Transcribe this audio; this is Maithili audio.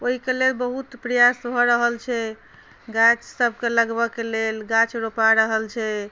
ओहिके लेल बहुत प्रयास भऽ रहल छै गाछ सभके लगाबयके लेल गाछ रोपा रहल छै